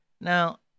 Now